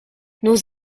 nos